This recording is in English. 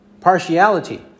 partiality